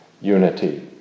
unity